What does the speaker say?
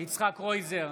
יצחק קרויזר,